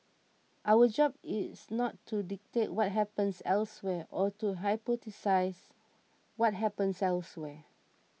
our job is not to dictate what happens elsewhere or to hypothesise what happens elsewhere